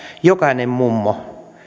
jokainen mummo